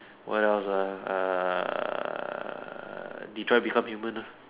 what else ah uh Detroit Become Human lah